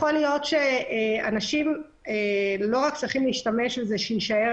יכול להיות שאנשים לא רק צריכים להשתמש אלא צריכים